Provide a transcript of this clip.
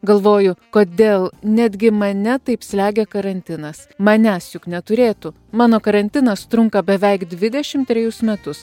galvoju kodėl netgi mane taip slegia karantinas manęs juk neturėtų mano karantinas trunka beveik dvidešimt trejus metus